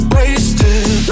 wasted